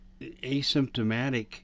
asymptomatic